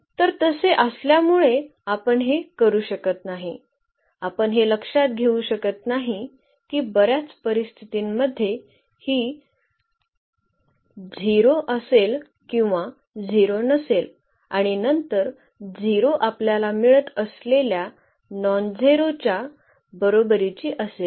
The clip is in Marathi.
तर तसे असल्यामुळे आपण हे करू शकत नाही आपण हे लक्षात घेऊ शकत नाही की बर्याच परिस्थितींमध्ये ही 0 असेल किंवा 0 नसेल आणि नंतर 0 आपल्याला मिळत असलेल्या नॉनझेरोच्या बरोबरीची असेल